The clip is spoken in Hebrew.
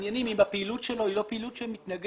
עניינים אם הפעילות שלו היא לא פעילות שמתנגשת.